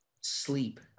sleep